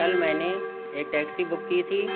کل میں نے ایک ٹیکسی بک کی تھی